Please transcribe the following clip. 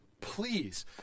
please